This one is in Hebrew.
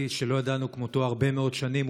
שלא ידענו כמותו הרבה מאוד שנים,